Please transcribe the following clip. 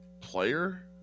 player